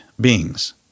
beings